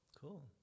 cool